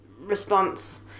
response